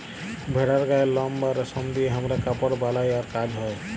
ভেড়ার গায়ের লম বা রেশম দিয়ে হামরা কাপড় বালাই আর কাজ হ্য়